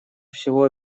всего